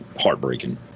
heartbreaking